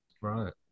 right